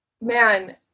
man